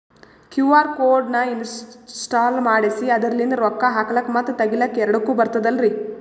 QR code ನ install ಮಾಡೆಸಿ ಅದರ್ಲಿಂದ ರೊಕ್ಕ ಹಾಕ್ಲಕ್ಕ ಮತ್ತ ತಗಿಲಕ ಎರಡುಕ್ಕು ಬರ್ತದಲ್ರಿ?